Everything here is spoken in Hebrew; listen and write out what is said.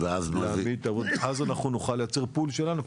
ואז אנחנו נוכל לייצר פול שלנו,